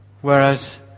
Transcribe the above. Whereas